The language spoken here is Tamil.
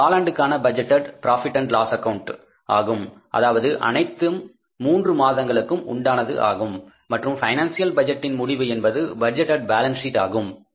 இது காலாண்டுக்கான budgeted profit and loss account ஆகும் அதாவது அனைத்து மூன்று மாதங்களுக்கும் உண்டானது ஆகும் மற்றும் ஃபைனான்ஷியல் பட்ஜெட்டின் முடிவு என்பது பட்ஜெட்டேட் பேலன்ஸ் சீட் ஆகும்